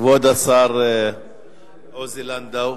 כבוד השר עוזי לנדאו